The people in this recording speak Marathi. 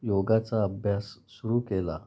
योगाचा अभ्यास सुरू केला